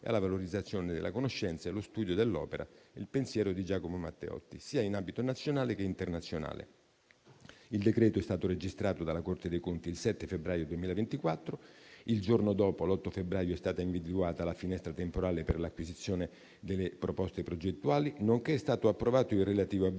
e alla valorizzazione della conoscenza e allo studio dell'opera e del pensiero di Giacomo Matteotti, sia in ambito nazionale che internazionale. Il decreto è stato registrato dalla Corte dei conti il 7 febbraio 2024. Il giorno dopo, l'8 febbraio, è stata individuata la finestra temporale per l'acquisizione delle proposte progettuali, nonché è stato approvato il relativo avviso,